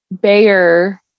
Bayer